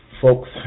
folks